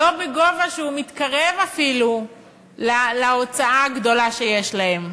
לא בגובה שמתקרב אפילו להוצאה הגדולה שיש להם.